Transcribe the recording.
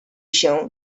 się